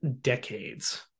decades